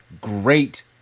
great